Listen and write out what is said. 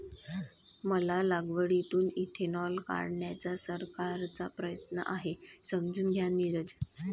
मका लागवडीतून इथेनॉल काढण्याचा सरकारचा प्रयत्न आहे, समजून घ्या नीरज